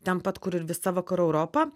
ten pat kur ir visa vakarų europa